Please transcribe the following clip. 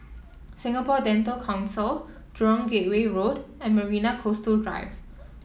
Singapore Dental Council Jurong Gateway Road and Marina Coastal Drive